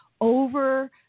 over